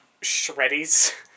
Shreddies